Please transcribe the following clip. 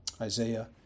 Isaiah